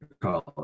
college